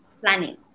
planning